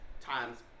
time's